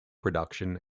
production